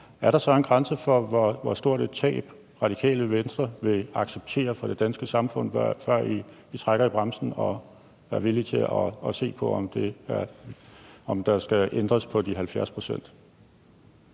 er der så en grænse for, hvor stort et tab, Radikale Venstre vil acceptere for det danske samfund, før I trækker i bremsen og er villige til at se på, om der skal ændres på de 70 pct.?